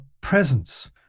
presence